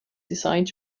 designed